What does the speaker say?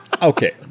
Okay